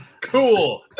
cool